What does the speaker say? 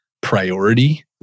priority